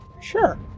Sure